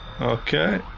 okay